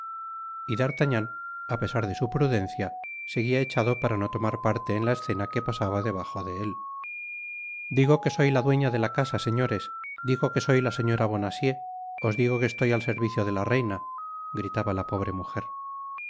y d'artagnan á pesar de su prudencia seguia echado para no tomar parte en la escena que pasaba debajo de él digo que soy la dueña de la casa señores digo que soy la señora bonacieux os digo que estoy al servicio dela reina gritaba la pobre mujer